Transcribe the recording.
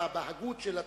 בהגות של התקציב.